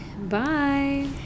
Bye